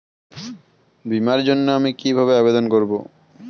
বিমার জন্য আমি কি কিভাবে আবেদন করব?